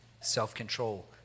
self-control